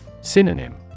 Synonym